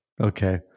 Okay